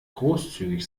großzügig